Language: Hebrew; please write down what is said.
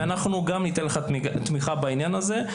ואנחנו גם ניתן לך תמיכה בעניין הזה,